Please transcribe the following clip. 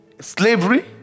slavery